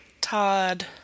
Todd